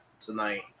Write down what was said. tonight